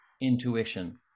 intuition